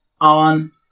on